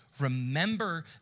remember